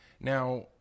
Now